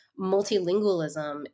multilingualism